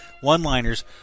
One-liners